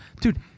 Dude